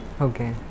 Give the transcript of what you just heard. Okay